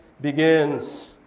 begins